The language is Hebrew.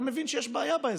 אתה מבין שיש בעיה באזור.